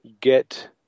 get